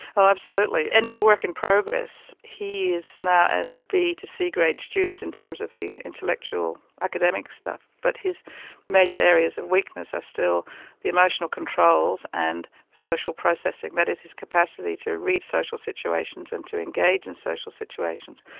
oh absolutely, and it's a work in progress. he is now a and b to c grade student in terms of the intellectual academic stuff, but his major areas of weakness are still the emotional controls and social processing. that is, his capacity to read social situations and to engage in social situations.